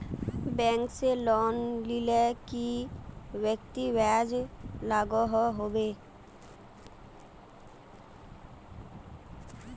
Bank से loan लिले कई व्यक्ति ब्याज लागोहो होबे?